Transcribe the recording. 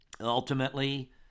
ultimately